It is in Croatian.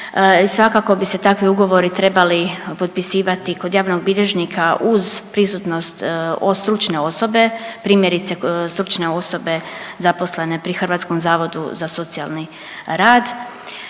svakako bi se takvi ugovori trebali potpisivati kod javnog bilježnika uz prisutnost stručne osobe, primjerice stručne osobe zaposlene pri Hrvatskom zavodu za socijalni rad